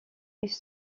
ils